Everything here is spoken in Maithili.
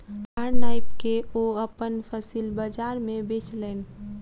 भार नाइप के ओ अपन फसिल बजार में बेचलैन